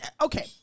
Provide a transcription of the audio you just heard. Okay